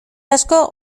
asko